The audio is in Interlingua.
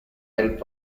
del